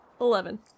Eleven